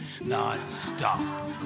non-stop